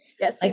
Yes